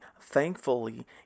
thankfully